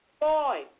Boy